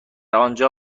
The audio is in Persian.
آنجا